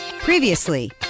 Previously